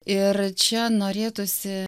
ir čia norėtųsi